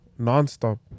nonstop